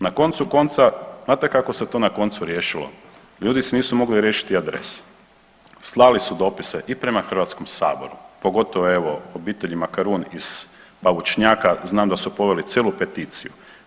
Na koncu konca, znate kako se to na koncu riješilo, ljudi si nisu mogli riješiti adrese, slali su dopise i prema HS, pogotovo evo obitelji Makarun iz Paučnjaka, znam da su poveli cijelu peticiju.